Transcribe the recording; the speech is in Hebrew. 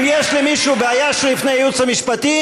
אם יש למישהו בעיה, שיפנה לייעוץ המשפטי.